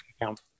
account